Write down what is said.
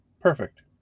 perfect